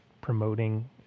promoting